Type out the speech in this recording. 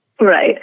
Right